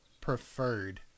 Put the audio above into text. preferred